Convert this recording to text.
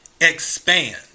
expand